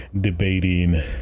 debating